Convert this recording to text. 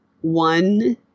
one